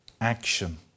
action